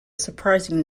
surprising